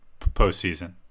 postseason